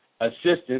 assistance